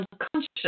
unconscious